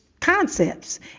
concepts